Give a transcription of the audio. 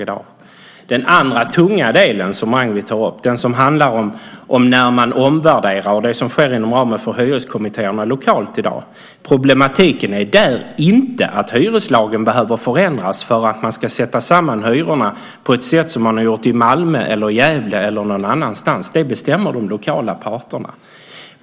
När det gäller den andra tunga delen som Ragnwi Marcelind tar upp och som handlar om när man omvärderar och om det som sker inom ramen för hyreskommittéerna lokalt i dag är problematiken inte att hyreslagen behöver förändras därför att man ska sätta samman hyrorna på det sätt som man gjort i Malmö, i Gävle eller någon annanstans. Det bestämmer de lokala parterna.